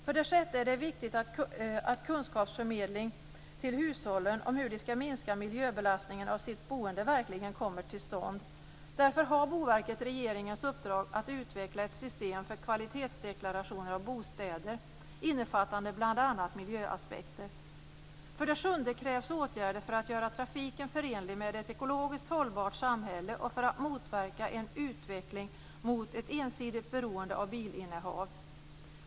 För det sjätte är det viktigt att kunskapsförmedling till hushållen om hur de skall minska miljöbelastningen av sitt boende verkligen kommer till stånd. Därför har Boverket regeringens uppdrag att utveckla ett system för kvalitetsdeklarationer av bostäder innefattande bl.a. miljöaspekter. För det sjunde krävs det åtgärder för att göra trafiken förenlig med ett ekologiskt hållbart samhälle och för att motverka en utveckling mot ett ensidigt beroende av bilinnehav.